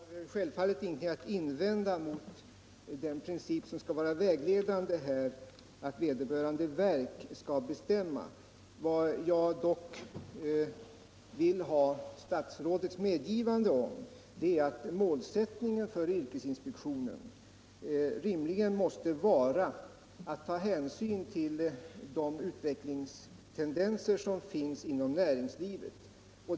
Herr talman! Jag har självfallet ingenting att invända mot den princip som skall vara vägledande, dvs. att vederbörande verk skall disponera personalresurserna. Jag vill dock ha statsrådets medgivande av att målsättningen för yrkesinspektionen rimligen måste vara att ta hänsyn till de utvecklingstendenser som finns inom näringslivet.